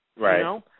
Right